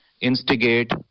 instigate